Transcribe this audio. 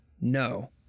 no